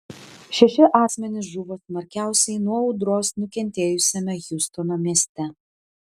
šeši asmenys žuvo smarkiausiai nuo audros nukentėjusiame hjustono mieste